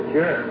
Sure